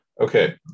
Okay